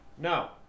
No